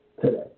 today